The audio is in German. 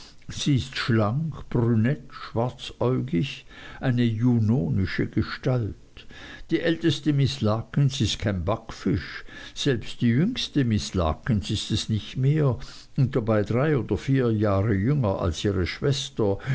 sie ist schlank brünett schwarzäugig eine junonische gestalt die älteste miß larkins ist kein backfisch selbst die jüngste miß larkins ist es nicht mehr und dabei drei oder vier jahre jünger als ihre schwester